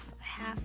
half